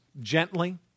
gently